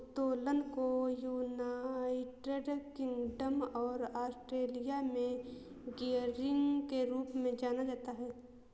उत्तोलन को United Kingdom और ऑस्ट्रेलिया में गियरिंग के रूप में जाना जाता है